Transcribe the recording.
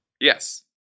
Yes